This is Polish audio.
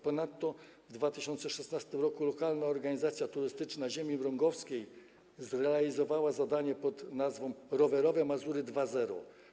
Ponadto w 2016 r. Lokalna Organizacja Turystyczna „Ziemia Mrągowska” zrealizowała zadanie pod nazwą: Rowerowe Mazury 2.0.